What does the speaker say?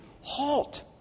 halt